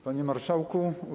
Panie Marszałku!